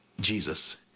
Jesus